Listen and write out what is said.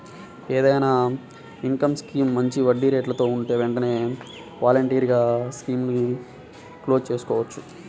ఏదైనా income scheme మంచి వడ్డీరేట్లలో ఉంటే వెంటనే వాలంటరీగా స్కీముని క్లోజ్ చేసుకోవచ్చు